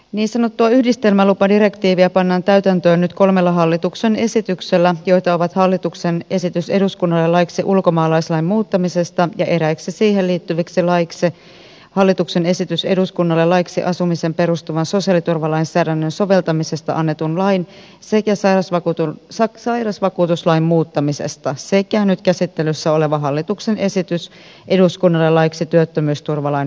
niin sanottua yhdistelmälupadirektiiviä pannaan täytäntöön nyt kolmella hallituksen esityksellä joita ovat hallituksen esitys eduskunnalle laiksi ulkomaalaislain muuttamisesta ja eräiksi siihen liittyviksi laeiksi hallituksen esitys eduskunnalle laiksi asumiseen perustuvan sosiaaliturvalainsäädännön soveltamisesta annetun lain sekä sairausvakuutuslain muuttamisesta sekä nyt käsittelyssä oleva hallituksen esitys eduskunnalle laiksi työttömyysturvalain muuttamisesta